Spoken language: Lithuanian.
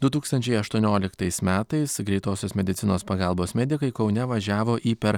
du tūkstančiai aštuonioliktais metais greitosios medicinos pagalbos medikai kaune važiavo į per